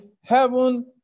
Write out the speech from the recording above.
heaven